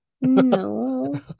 no